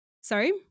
Sorry